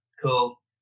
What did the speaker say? cool